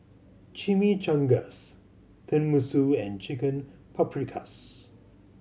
Chimichangas Tenmusu and Chicken Paprikas